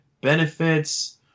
benefits